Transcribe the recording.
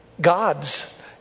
God's